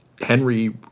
Henry